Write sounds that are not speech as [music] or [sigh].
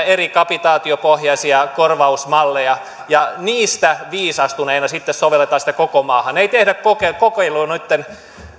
[unintelligible] eri kapitaatiopohjaisia korvausmalleja ja niistä viisastuneena sitten soveltaa sitä koko maahan ei tehdä kokeilua nyt